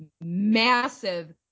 massive